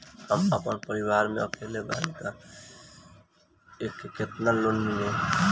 हम आपन परिवार म अकेले कमाए वाला बानीं त हमके केतना लोन मिल जाई?